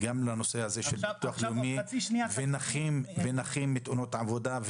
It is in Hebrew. גם לנושא הביטוח הלאומי ונכים בתאונות עבודה,